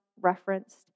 referenced